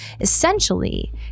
Essentially